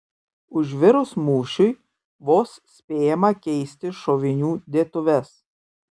užvirus mūšiui vos spėjama keisti šovinių dėtuves